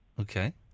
Okay